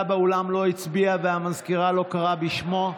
באולם לא הצביע והמזכירה לא קראה בשמו?